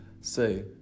say